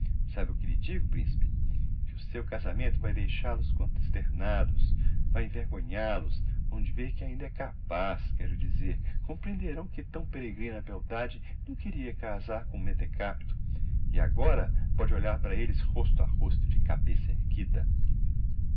sabe o que lhe digo principe que o seu casamento vae deixál os consternados vae envergonhál os hão de ver que ainda é capaz quero dizer comprehenderão que tão peregrina beldade nunca iria casar com um mentecapto e agora pode olhar para elles rosto a rosto de cabeça erguida